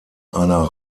einer